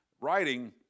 writing